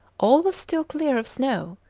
all was still clear of snow,